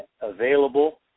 available